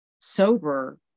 sober